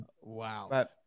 Wow